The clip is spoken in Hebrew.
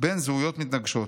בין זהויות מתנגשות.